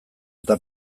eta